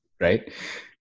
right